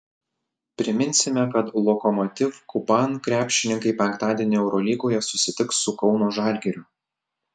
priminsime kad lokomotiv kuban krepšininkai penktadienį eurolygoje susitiks su kauno žalgiriu